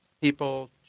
People